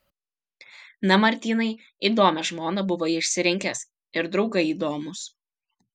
na martynai įdomią žmoną buvai išsirinkęs ir draugai įdomūs